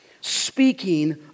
speaking